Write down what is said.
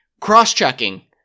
cross-checking